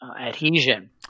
adhesion